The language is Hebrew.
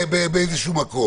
באיזשהו מקום